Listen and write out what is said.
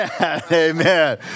Amen